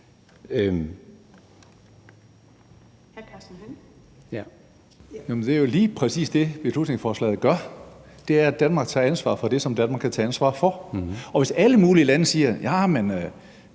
Det er jo lige præcis det, beslutningsforslaget gør: Danmark tager ansvar for det, Danmark kan tage ansvar for. Hvis alle mulige lande siger: